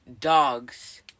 dogs